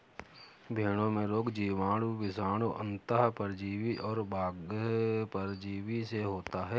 भेंड़ों में रोग जीवाणु, विषाणु, अन्तः परजीवी और बाह्य परजीवी से होता है